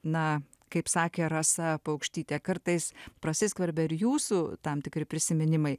na kaip sakė rasa paukštytė kartais prasiskverbia ir jūsų tam tikri prisiminimai